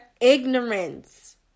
ignorance